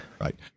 Right